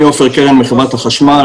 אני עופר קרן מחברת החשמל,